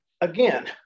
again